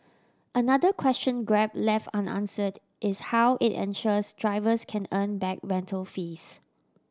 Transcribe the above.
another question Grab left unanswered is how it ensures drivers can earn back rental fees